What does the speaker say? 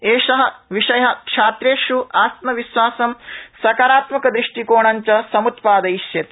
एष विषय छात्रेष् आत्मश्विासं सकारात्मक दृष्टिकोणञ्च सम्त्पादयिष्यति